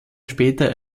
später